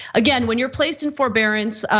again, when you're placed in forbearance,